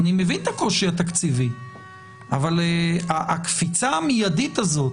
אני מבין את הקושי התקציבי אבל הקפיצה המידית הזאת